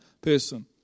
person